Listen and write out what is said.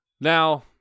Now